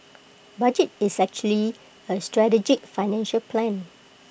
budget is actually A strategic financial plan